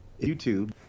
youtube